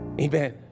Amen